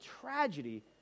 tragedy